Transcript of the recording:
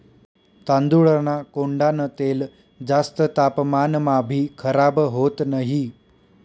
तांदूळना कोंडान तेल जास्त तापमानमाभी खराब होत नही